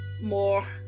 more